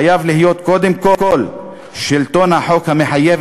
חייב להיות קודם כול שלטון החוק המחייב